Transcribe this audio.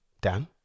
Dan